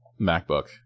MacBook